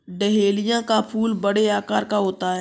dahlia का फूल बड़े आकार का होता है